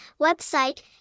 website